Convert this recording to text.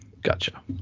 Gotcha